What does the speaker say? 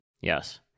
Yes